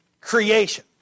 Creation